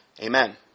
amen